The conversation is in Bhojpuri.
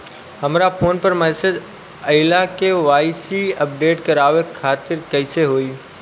हमरा फोन पर मैसेज आइलह के.वाइ.सी अपडेट करवावे खातिर त कइसे होई?